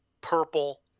purple